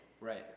Right